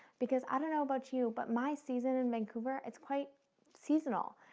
because i don't know about you, but my season in vancouver, it's quite seasonal.